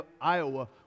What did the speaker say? Iowa